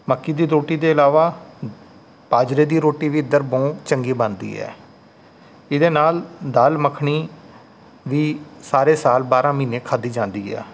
ਮੱਕੀ ਦੀ ਰੋਟੀ ਦੇ ਇਲਾਵਾ ਬਾਜਰੇ ਦੀ ਰੋਟੀ ਵੀ ਇੱਧਰ ਚੰਗੀ ਬਣਦੀ ਹੈ ਇਹਦੇ ਨਾਲ ਦਾਲ ਮੱਖਣੀ ਵੀ ਸਾਰੇ ਸਾਲ ਬਾਰ੍ਹਾਂ ਮਹੀਨੇ ਖਾਧੀ ਜਾਂਦੀ ਆ